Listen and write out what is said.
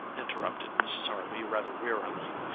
interrupted mrs. harvey rather wearily,